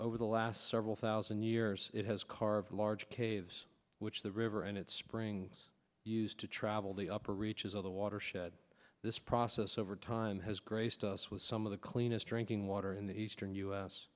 over the last several thousand years it has carved large caves which the river and its springs used to travel the upper reaches of the watershed this process over time has graced us with some of the cleanest drinking water in the eastern u s